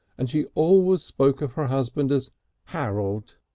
and she always spoke of her husband as harold.